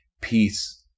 peace